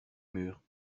murs